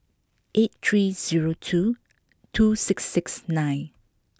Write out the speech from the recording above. eight three zero two two six six nine